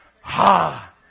Ha